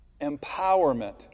empowerment